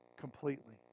completely